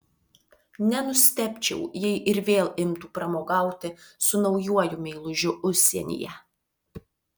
nenustebčiau jei ir vėl imtų pramogauti su naujuoju meilužiu užsienyje